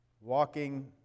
walking